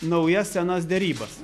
naujas senas derybas